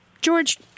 George